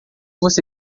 você